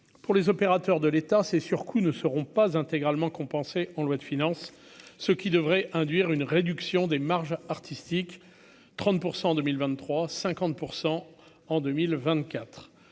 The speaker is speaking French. pour les opérateurs de l'État ces surcoûts ne seront pas intégralement compensée en loi de finances, ce qui devrait induire une réduction des marges artistiques 30 pour 100 en 2023